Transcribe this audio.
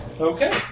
Okay